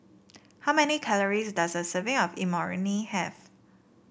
how many calories does a serving of Imoni have